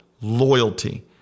Loyalty